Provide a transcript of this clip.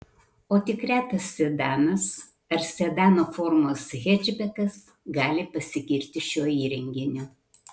o tik retas sedanas ar sedano formos hečbekas gali pasigirti šiuo įrenginiu